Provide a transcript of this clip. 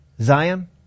Zion